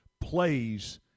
plays